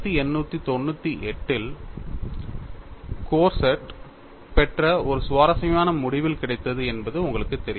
1898 இல் கோர்சாட் பெற்ற ஒரு சுவாரஸ்யமான முடிவும் கிடைத்தது என்பது உங்களுக்குத் தெரியும்